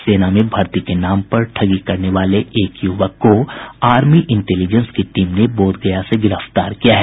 सेना में भर्ती के नाम पर ठगी करने वाले एक युवक को आर्मी इंटेलिजेंस की टीम ने बोधगया से गिरफ्तार कर लिया है